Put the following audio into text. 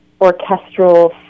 orchestral